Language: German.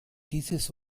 dieses